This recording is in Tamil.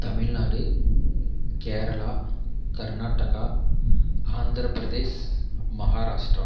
தமிழ்நாடு கேரளா கர்நாடக்கா ஆந்திரப் பிரதேஷ் மஹாராஷ்ட்ரா